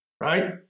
right